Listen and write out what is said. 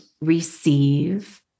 receive